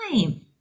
time